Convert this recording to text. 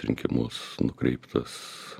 rinkimus nukreiptas